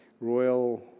royal